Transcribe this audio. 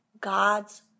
God's